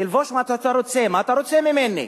תלבש מה שאתה רוצה, מה אתה רוצה ממני?